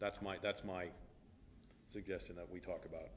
that's my that's my suggestion that we talk about